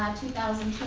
two thousand